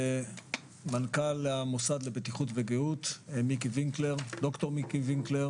מנכ"ל המוסד לבטיחות וגהות ד"ר מיקי וינקלר